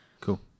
Cool